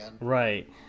right